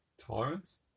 Tolerance